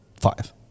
five